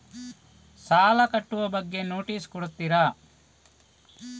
ಸಾಲ ಕಟ್ಟುವ ಬಗ್ಗೆ ನೋಟಿಸ್ ಕೊಡುತ್ತೀರ?